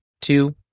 two